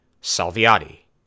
Salviati